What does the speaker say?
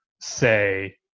say